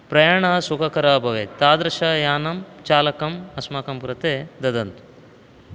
प्रयाणं सुखकरं भवेत् तादृशं यानं चालकं अस्माकं कृते ददन्तु